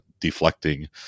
deflecting